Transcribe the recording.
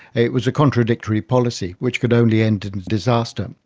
it was a contradictory policy which could only end in disaster.